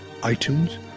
iTunes